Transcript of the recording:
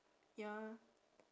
ya